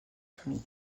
famille